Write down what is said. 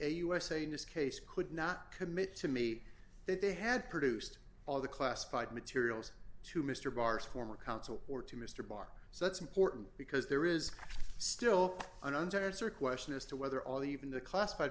usa in this case could not commit to me that they had produced all the classified materials to mr barr's former counsel or to mr barch so that's important because there is still an ungenerous or question as to whether all the even the classified